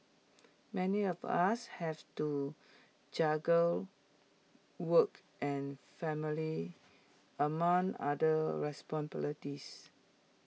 many of us have to juggle work and family among other responsibilities